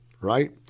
right